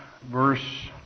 verse